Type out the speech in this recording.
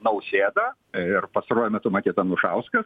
nausėda ir pastaruoju metu matyt anušauskas